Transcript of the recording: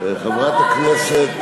חברת הכנסת